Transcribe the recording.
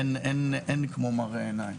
אין כמו מראה עיניים.